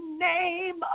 name